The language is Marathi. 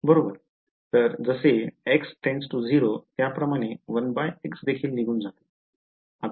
तर जसे x🡪0 त्याप्रमाणे 1x देखील निघून जातो